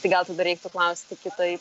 tai gal tada reiktų klausti kitaip